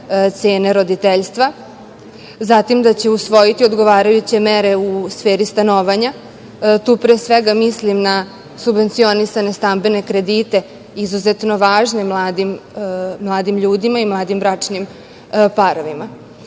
cene roditeljstva, zatim da će usvojiti odgovarajuće mere u sferi stanovanja. Tu, pre svega, mislim na subvencionisane stambene kredite, izuzetne važne mladim ljudima i mladim bračnim parovima. Takođe,